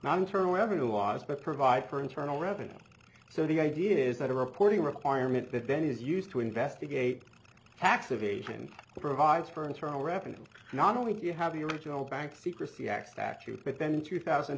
i'm turning revenue laws but provide for internal revenue so the idea is that a reporting requirement that then is used to investigate tax evasion provides for internal revenue not only do you have the original bank secrecy x factor but then in two thousand